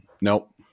nope